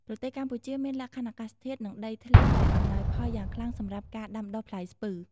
ប្រទេសកម្ពុជាមានលក្ខខណ្ឌអាកាសធាតុ និងដីធ្លីដែលអំណោយផលយ៉ាងខ្លាំងសម្រាប់ការដាំដុះផ្លែស្ពឺ។